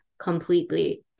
completely